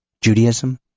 Judaism